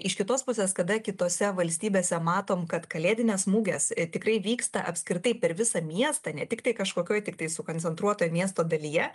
iš kitos pusės kada kitose valstybėse matom kad kalėdinės mugės tikrai vyksta apskritai per visą miestą ne tiktai kažkokioj tiktai sukoncentruotoj miesto dalyje